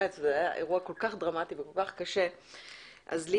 זה היה אירוע כל כך דרמטי וכל כך קשה.